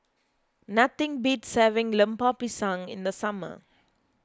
nothing beats having Lemper Pisang in the summer